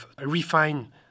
refine